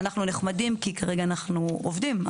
אנחנו נחמדים כי כרגע אנחנו עובדים.